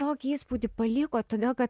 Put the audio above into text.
tokį įspūdį paliko todėl kad